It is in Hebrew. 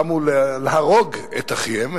קמו להרוג את אחיהם,